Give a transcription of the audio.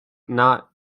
not